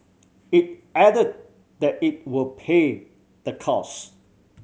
it added that it will pay the cost